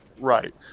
Right